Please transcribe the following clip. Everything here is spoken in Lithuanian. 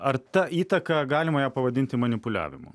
ar ta įtaka galima ją pavadinti manipuliavimu